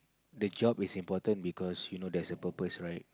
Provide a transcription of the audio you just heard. the job is important because you know there's a purpose right